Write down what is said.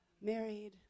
married